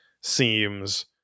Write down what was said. seems